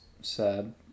sad